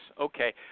Okay